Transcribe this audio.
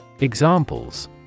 Examples